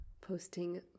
Posting